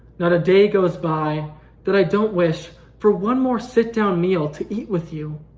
not a day goes by that i don't wish for one more sit down meal to eat with you,